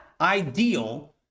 ideal